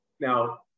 now